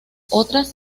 otras